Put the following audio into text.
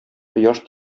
кояш